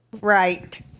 Right